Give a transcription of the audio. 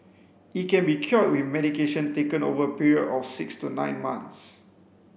it can be cured with medication taken over a period of six to nine months